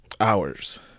hours